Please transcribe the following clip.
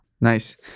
Nice